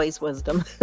wisdom